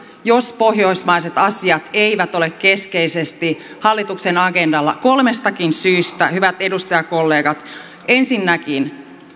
jos pohjoismaiset asiat eivät ole keskeisesti hallituksen agendalla kolmestakin syystä hyvät edustajakollegat ensinnäkin